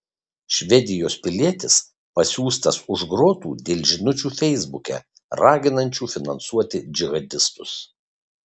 švedijos pilietis pasiųstas už grotų dėl žinučių feisbuke raginančių finansuoti džihadistus